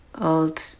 old